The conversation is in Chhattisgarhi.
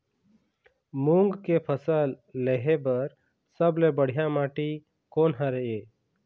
मूंग के फसल लेहे बर सबले बढ़िया माटी कोन हर ये?